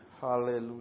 Hallelujah